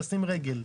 נשים רגל.